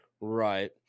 right